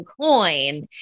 coin